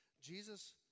Jesus